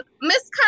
Miss